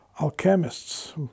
alchemists